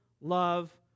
love